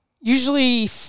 usually